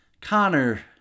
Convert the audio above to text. Connor